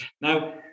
Now